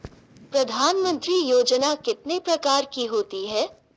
प्रधानमंत्री योजना कितने प्रकार की होती है?